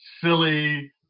silly